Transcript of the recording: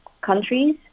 countries